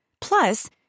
Plus